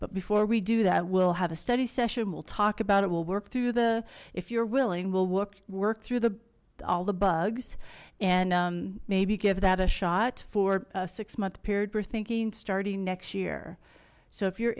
but before we do that we'll have a study session we'll talk about it we'll work through the if you're willing we'll look work through the all the bugs and maybe give that a shot for a six month period we're thinking starting next year so if you're